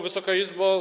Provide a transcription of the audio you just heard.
Wysoka Izbo!